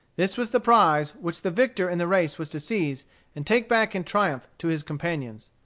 this was the prize which the victor in the race was to seize and take back in triumph to his companions.